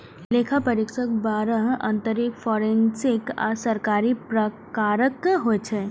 लेखा परीक्षक बाह्य, आंतरिक, फोरेंसिक आ सरकारी प्रकारक होइ छै